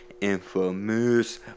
Infamous